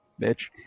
bitch